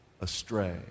astray